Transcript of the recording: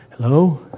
Hello